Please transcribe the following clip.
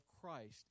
Christ